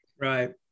Right